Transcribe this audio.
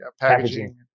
Packaging